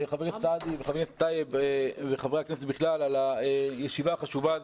חבר הכנסת סעדי וחבר הכנסת טייב על הישיבה החשובה הזאת.